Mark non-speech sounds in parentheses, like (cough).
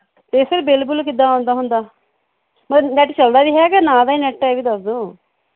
ਅਤੇ sir bill ਬੁਲ ਕਿੱਦਾਂ ਆਉਂਦਾ ਹੁੰਦਾ (unintelligible) ਨੈੱਟ ਚੱਲਦਾ ਵੀ ਹੈ ਕਿ ਨਾਂ ਦਾ ਹੀ ਨੈੱਟ ਹੈ ਇਹ ਵੀ ਦੱਸ ਦਿਉ